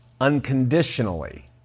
unconditionally